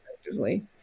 effectively